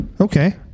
Okay